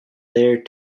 there